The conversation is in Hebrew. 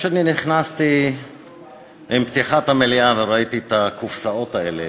כשאני נכנסתי עם פתיחת המליאה וראיתי את הקופסאות האלה,